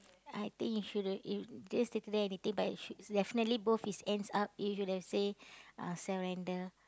I think he shoot the in didn't stated there anything but he should definitely both his hands up if you let's say surrender